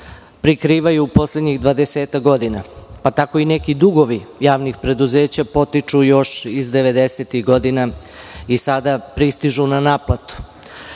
prikrivaju u poslednjih 20-ak godina, pa tako i neki dugovi javnih preduzeća potiču još iz 90-ih godina i sada pristižu na naplatu. Što